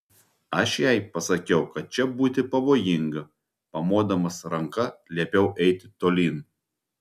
aš jai pasakiau kad čia būti pavojinga pamodamas ranka liepiau eiti tolyn